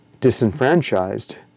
disenfranchised